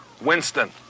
Winston